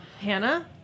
Hannah